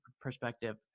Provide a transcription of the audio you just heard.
perspective